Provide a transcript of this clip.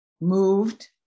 moved